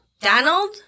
Donald